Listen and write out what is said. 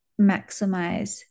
maximize